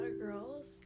girls